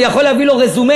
אני יכול להביא לו רזומה,